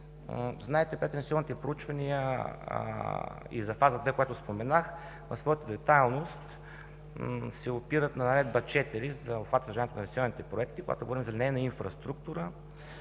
прединвестиционните проучвания за фаза 2, която споменах, в своята детайлност се опират на Наредба № 4 за обхвата и съдържанието на инвестиционните проекти. Когато говорим за линейна инфраструктура,